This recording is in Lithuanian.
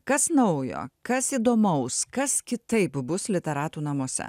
kas naujo kas įdomaus kas kitaip bus literatų namuose